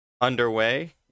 underway